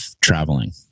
traveling